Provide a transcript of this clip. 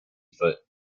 foote